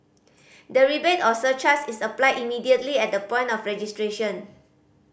the rebate or surcharge is applied immediately at the point of registration